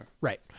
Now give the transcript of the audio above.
Right